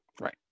right